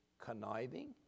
conniving